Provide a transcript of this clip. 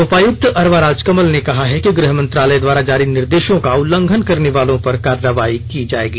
उपायक्त अरवा राजकमल ने कहा है कि गृह मंत्रालय द्वारा जारी निर्देशों का उल्लंघन करने वालों पर कार्रवाई की जायेगी